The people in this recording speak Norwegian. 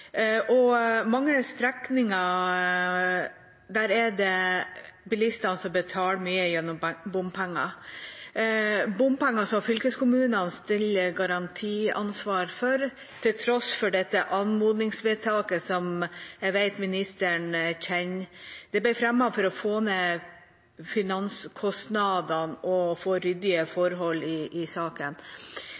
bompenger som fylkeskommunene stiller garantiansvar for, til tross for dette anmodningsvedtaket som jeg vet statsråden kjenner. Det ble fremmet for å få ned finanskostnadene og få ryddige forhold i saken,